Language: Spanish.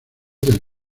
del